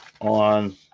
on